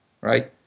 right